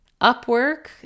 Upwork